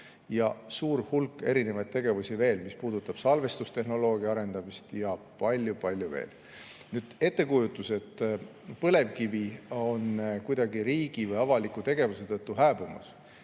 Suur hulk erinevaid tegevusi on veel, mis puudutavad salvestustehnoloogia arendamist ja palju-palju muud. Ettekujutus, et põlevkivi on kuidagi riigi või avaliku tegevuse tõttu hääbumas